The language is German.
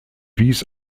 wies